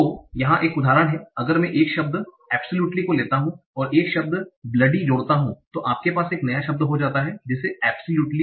तो यहाँ एक उदाहरण है कि अगर मैं एक शब्द अब्सोलुटली को लेता हूँ और एक शब्द ब्लडी जोड़ता हूँ तो आपके पास एक नया शब्द हो सकता है जैसे कि absolutely bloodilutely